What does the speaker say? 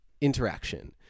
interaction